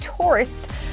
tourists